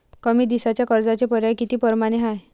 कमी दिसाच्या कर्जाचे पर्याय किती परमाने हाय?